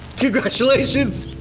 congratulations.